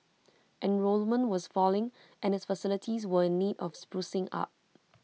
enrolment was falling and its facilities were in need of sprucing up